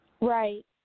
Right